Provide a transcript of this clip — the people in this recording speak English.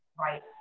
Right